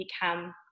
become